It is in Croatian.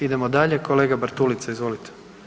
Idemo dalje, kolega Bartulica, izvolite.